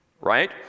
right